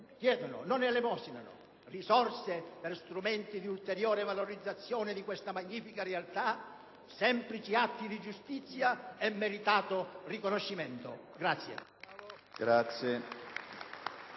e di doveri, risorse per strumenti di ulteriore valorizzazione di questa magnifica realtà, semplici atti di giustizia e meritato riconoscimento.